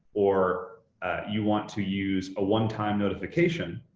or you want to use a one-time notification,